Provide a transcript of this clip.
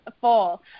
full